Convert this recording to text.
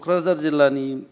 क'क्राजार जिल्लानि